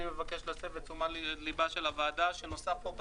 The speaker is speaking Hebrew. אני מבקש להסב את תשומת לבה של הוועדה שנוסף פה,